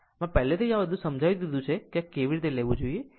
આમ આ પહેલેથી જ છે આ બધું મેં સમજાવી દીધું છે કે કેવી રીતે લેવું જોઈએ